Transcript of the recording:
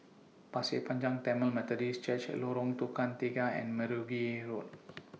Pasir Panjang Tamil Methodist Church Lorong Tukang Tiga and Mergui Road